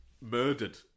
murdered